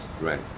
Right